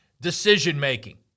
decision-making